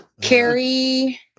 Carrie